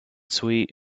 sweet